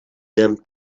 them